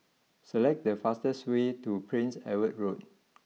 select the fastest way to Prince Edward Road